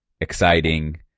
exciting